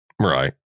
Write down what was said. Right